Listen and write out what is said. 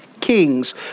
Kings